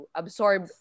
absorb